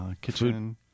kitchen